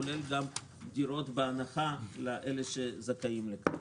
כולל גם דירות בהנחה לזכאים לכך.